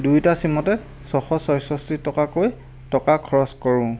দুইটা চিমতে ছয়শ ছয়ষষ্ঠি টকাকৈ টকা খৰচ কৰোঁ